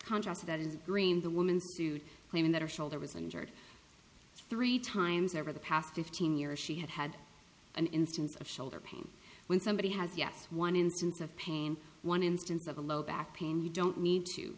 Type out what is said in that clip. contrast that is green the woman sued claiming that her shoulder was uninjured three times over the past fifteen years she had had an instance of shoulder pain when somebody has yes one instant of pain one instance of a low back pain you don't need to